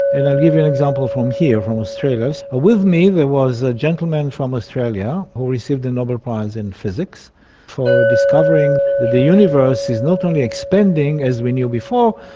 and i'll give you an example from here, from australia. with me there was a gentleman from australia who received a nobel prize in physics for discovering that the universe is not only expanding, as we knew before,